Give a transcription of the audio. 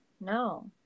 no